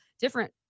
different